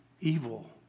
evil